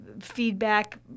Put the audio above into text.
feedback